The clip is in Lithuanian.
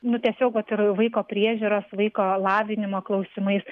nu tiesiog vat ir vaiko priežiūros vaiko lavinimo klausimais